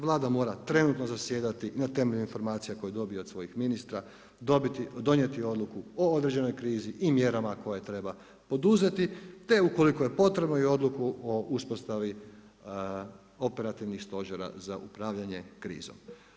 Vlada mora trenutno zasjedati na temelju informacija koje dobije od svojih ministra, donijeti odluku o određenoj krizi i mjerama koje treba poduzeti, te ukoliko je potrebno i odluku o uspostavi operativnih stožera za upravljanje krizom.